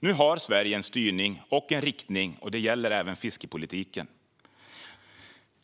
Nu har Sverige en styrning och en riktning, och det gäller även fiskepolitiken.